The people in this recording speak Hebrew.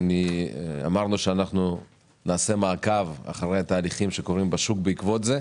אמרנו אז שנעשה מעקב אחרי התהליכים שקורים בשוק בעקבות זה,